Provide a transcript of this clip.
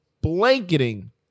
blanketing